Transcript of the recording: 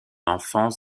enfance